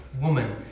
woman